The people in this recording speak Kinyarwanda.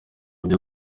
byo